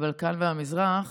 הבלקן והמזרח